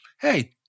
hey